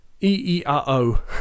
E-E-R-O